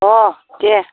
अह दे